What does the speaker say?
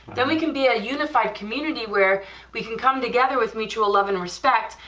then we can be a unified community where we can come together with mutual love and respect,